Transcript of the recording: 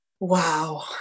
Wow